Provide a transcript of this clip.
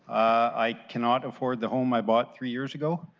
i cannot afford the home i bought three years ago,